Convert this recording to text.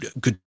good